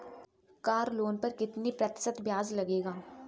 Car loan पर कितने प्रतिशत ब्याज लगेगा?